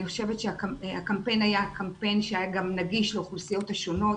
אני חושבת שהקמפיין היה קמפיין שהיה גם נגיש לאוכלוסיות השונות.